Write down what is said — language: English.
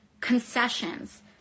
concessions